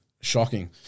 shocking